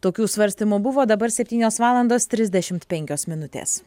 tokių svarstymų buvo dabar septynios valandos trisdešimt penkios minutės